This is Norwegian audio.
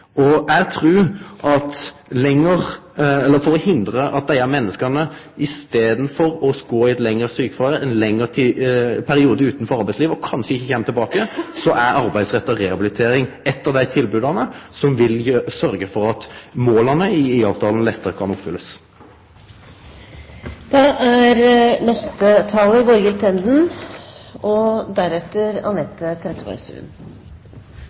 nok. Eg trur at for å hindre at desse menneska blir ståande i eit lengre sjukefråver i ein lengre periode utanfor arbeidslivet og kanskje ikkje kjem tilbake, er arbeidsretta rehabilitering eit av dei tilboda som vil sørgje for at måla i IA-avtala lettare kan bli nådde. Venstre er på lik linje med andre i denne sal en varm forsvarer av gode velferdsordninger og